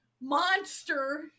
monster